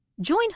Join